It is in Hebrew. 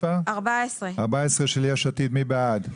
הסתייגות 14 של יש עתיד, מי בעד?